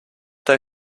they